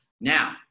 Now